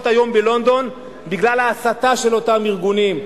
היום בלונדון בגלל ההסתה של אותם ארגונים,